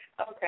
Okay